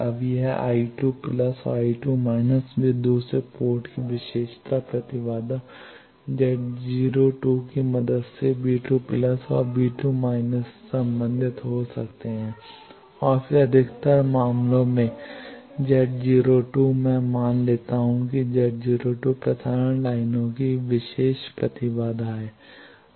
अब यह और वे दूसरे पोर्ट की विशेषता प्रतिबाधा Z 02 की मदद से और से संबंधित हो सकते हैं और फिर से अधिकतर मामले Z 02 मैं मान लेता हूं कि Z 02 प्रसारण लाइनों की विशेष प्रतिबाधा है